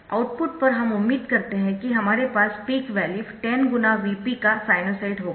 output पर हम उम्मीद करते है कि हमारे पास पीक वैल्यू 10 × Vp का साइनसॉइड होगा